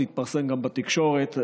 זה התפרסם גם בתקשורת,